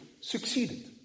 succeeded